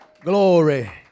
Glory